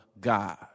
God